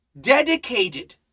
dedicated